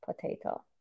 potato